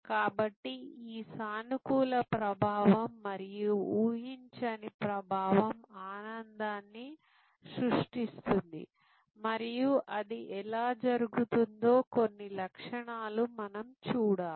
కాబట్టి ఈ సానుకూల ప్రభావం మరియు ఊహించని ప్రభావం ఆనందాన్ని సృష్టిస్తుంది మరియు అది ఎలా జరుగుతుందో కొన్ని ఉదాహరణలను మనం చూడాలి